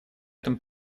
этом